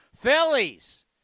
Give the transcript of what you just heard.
Phillies